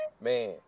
Man